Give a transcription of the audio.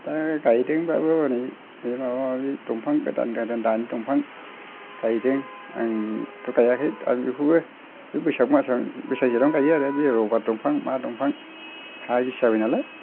दा गायदोंबाबो हनै बे माबा माबि दंफां गोदान गोदान दानि दंफां गायदों आंथ' गायाखै दा बेखौबो बे बैसाग मासाव बे बैसाग जेथावनो गायो आरो बे रबार बिफां मा बिफां हा गिसि जाबाय नालाय